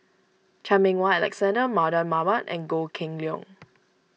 Chan Meng Wah Alexander Mardan Mamat and Goh Kheng Long